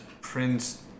Prince